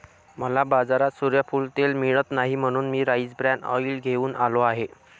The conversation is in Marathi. मला बाजारात सूर्यफूल तेल मिळत नाही म्हणून मी राईस ब्रॅन ऑइल घेऊन आलो आहे